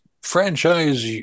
franchise